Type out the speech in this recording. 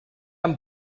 amb